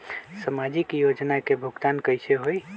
समाजिक योजना के भुगतान कैसे होई?